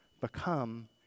become